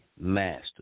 master